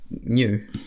new